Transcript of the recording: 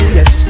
Yes